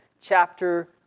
chapter